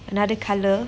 another colour